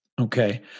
Okay